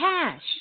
cash